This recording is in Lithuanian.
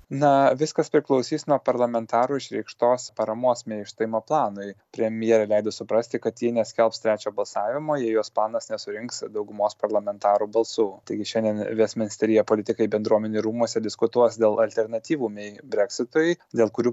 na viskas priklausys nuo parlamentarų išreikštos paramos mei išstojimo planui premjerė leido suprasti kad ji neskelbs trečio balsavimo jei jos planas nesurinks daugumos parlamentarų balsų taigi šiandien vestminsteryje politikai bendruomenių rūmuose diskutuos dėl alternatyvų mei breksitui dėl kurių